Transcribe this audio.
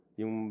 yung